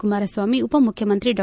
ಕುಮಾರಸ್ವಾಮಿ ಉಪಮುಖ್ಯಮಂತ್ರಿ ಡಾ